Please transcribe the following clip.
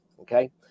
Okay